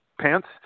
pants